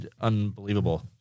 unbelievable